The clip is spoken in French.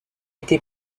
été